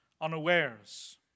unawares